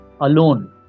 alone